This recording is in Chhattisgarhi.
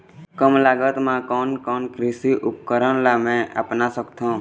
कम लागत मा कोन कोन कृषि उपकरण ला मैं अपना सकथो?